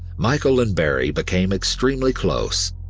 michael and barrie became extremely close,